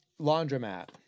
Laundromat